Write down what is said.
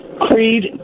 Creed